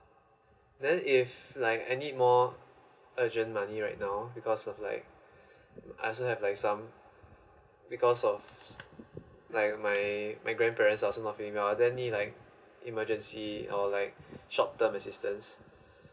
then if like any more urgent money right now because of like um I also have like some because of like my my grandparents or some of family are there any like emergency or like short term assistance